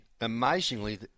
amazingly